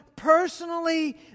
personally